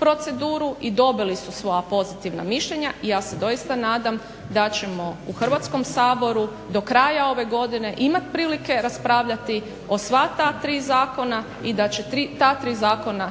proceduru i dobili su svoja pozitivna mišljenja i ja se doista nadam da ćemo u Hrvatskom saboru do kraja ove godine imati prilike raspravljati o sva ta tri zakona i da će ta tri zakona